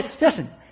listen